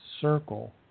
circle